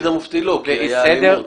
סדר מופתי לא, כי הייתה אלימות.